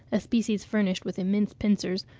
a species furnished with immense pincers,